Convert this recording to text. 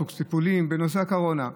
סוג הטיפולים בנושא הקורונה.